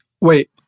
Wait